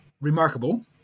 remarkable